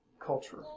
culture